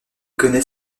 connaît